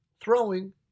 Throwing